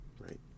Right